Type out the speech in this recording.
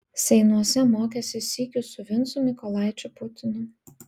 seinuose mokėsi sykiu su vincu mykolaičiu putinu